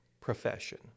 profession